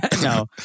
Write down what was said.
No